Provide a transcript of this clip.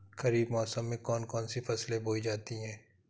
खरीफ मौसम में कौन कौन सी फसलें बोई जाती हैं?